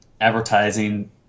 advertising